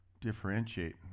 differentiate